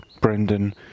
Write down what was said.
Brendan